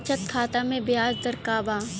बचत खाता मे ब्याज दर का बा?